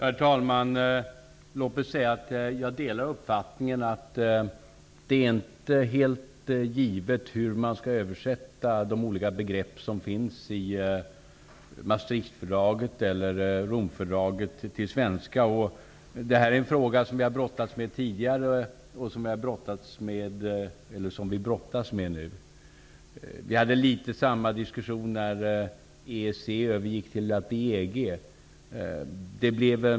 Herr talman! Jag delar uppfattningen att det inte är helt givet hur man skall översätta de olika begrepp som finns i Maastrichtfördraget eller Romfördraget till svenska. Det här är en fråga som vi har brottats med tidigare och som vi brottas med nu. Samma diskussion fördes när EEG övergick till att bli EG.